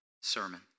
sermon